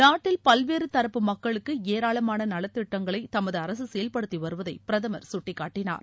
நாட்டில் பல்வேறு தரப்பு மக்களுக்கு ஏராளமான நலத் திட்டங்களை தமது அரசு செயல்படுத்தி வருவதை பிரதமர் சுட்டிக்காட்டினார்